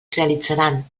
realitzaran